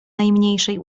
najmniejszej